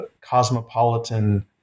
cosmopolitan